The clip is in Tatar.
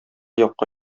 якка